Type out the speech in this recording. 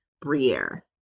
Briere